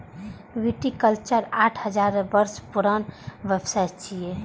viticulture आठ हजार वर्ष पुरान व्यवसाय छियै